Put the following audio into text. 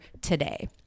today